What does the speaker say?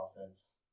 offense